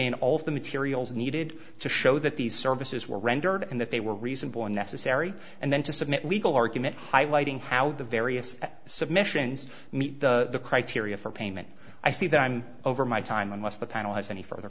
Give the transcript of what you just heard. in all of the materials needed to show that these services were rendered that they were reasonable and necessary and then to submit legal argument highlighting how the various submissions meet the criteria for payment i think i'm over my time unless the panel has any further